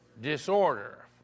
disorder